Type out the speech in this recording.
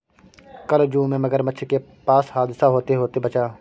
कल जू में मगरमच्छ के पास हादसा होते होते बचा